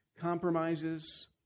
compromises